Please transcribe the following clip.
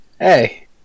Hey